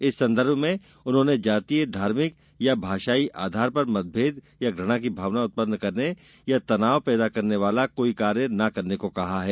इस संदर्भ में उन्होंने जातीय धार्मिक या भाषाई आधार पर मतभेद या घुणा की भावना उत्पन्न करने या तनाव पैदा करने वाला कोई काम न करने को कहा है